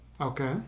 Okay